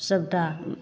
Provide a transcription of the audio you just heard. सबटा